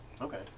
Okay